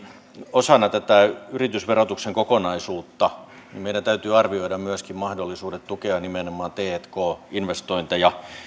osana tätä yritysverotuksen kokonaisuutta meidän täytyy arvioida myöskin mahdollisuudet tukea nimenomaan tk investointeja ja minusta